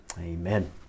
Amen